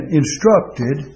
instructed